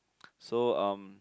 so um